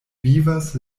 vivas